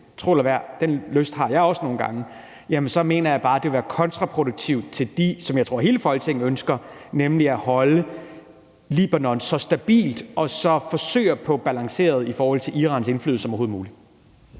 tro det eller ej, den lyst har jeg også nogle gange – så mener jeg bare, at det vil være kontraproduktivt i forhold til det, som jeg tror hele Folketinget ønsker, nemlig at holde Libanon så stabilt som muligt og så forsøge at få balanceret det så meget som overhovedet muligt